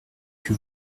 que